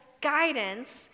guidance